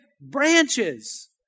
branches